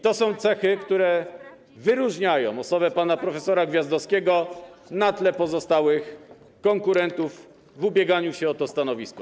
To są cechy, które wyróżniają osobę pana prof. Gwiazdowskiego na tle pozostałych konkurentów w ubieganiu się o to stanowisko.